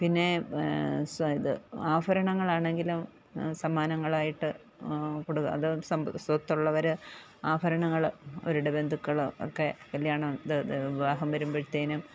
പിന്നെ ഇത് ആഭരണങ്ങൾ ആണെങ്കിലും സമ്മാനങ്ങളായിട്ട് കൊടുക്കുക അത് സ്വത്തുള്ളവർ ആഭരണങ്ങൾ അവരുടെ ബന്ധുക്കളും ഒക്കെ കല്യാണം വിവാഹം വരുമ്പഴത്തേനും